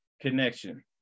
connection